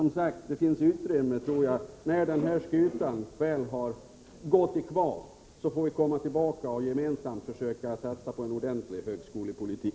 Jag tror att det, när den här skutan har gått i kvav, finns utrymme för oss att komma tillbaka och gemensamt försöka satsa på en ordentlig högskolepolitik.